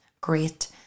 great